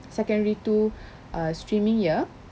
secondary two err streaming year